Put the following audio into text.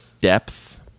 depth